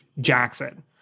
Jackson